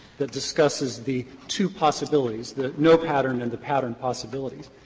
that discusses the two possibilities, the no-pattern and the pattern possibilities.